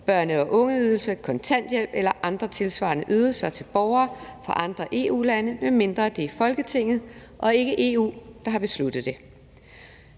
børne- og ungeydelse, kontanthjælp eller andre tilsvarende ydelser til borgere fra andre EU-lande, medmindre det er Folketinget og ikke EU, der har besluttet det.